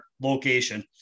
location